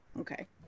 Okay